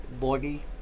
body